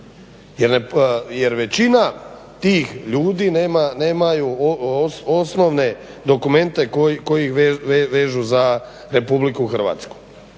Jer većina tih ljudi nemaju osnovne dokumente koji ih vežu za RH.